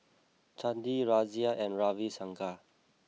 Chandi Razia and Ravi Shankar